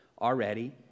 already